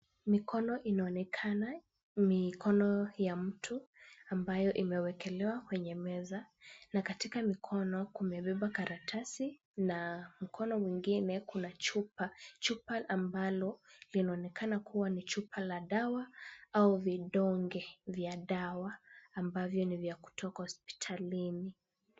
Mikono inaonekana, mikono ya mtu ambayo imewekelewa kwenye meza na katika mikono, kumebeba karatasi na mkono mwingine kuna chupa, chupa ambalo linaonekana kuwa ni chupa la dawa au vidonge vya dawa ambavyo ni vya kutoka hospitalini.